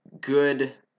good